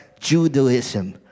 Judaism